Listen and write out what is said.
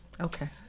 Okay